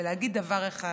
ולהגיד דבר אחד: